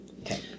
Okay